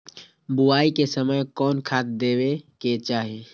बोआई के समय कौन खाद देवे के चाही?